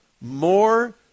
more